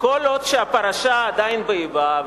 וכל עוד הפרשה עדיין באבה,